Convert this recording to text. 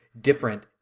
different